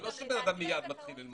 זה לא שבן אדם מיד מתחיל ללמוד.